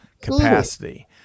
capacity